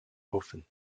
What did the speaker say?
offen